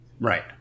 Right